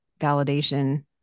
validation